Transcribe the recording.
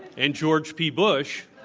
and george p. bush